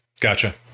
Gotcha